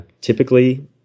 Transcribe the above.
typically